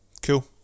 Cool